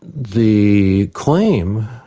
the claim